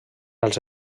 els